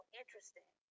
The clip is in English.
interesting